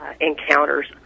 encounters